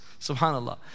subhanallah